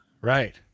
Right